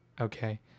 okay